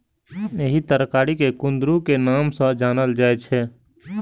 एहि तरकारी कें कुंदरू के नाम सं जानल जाइ छै